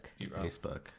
Facebook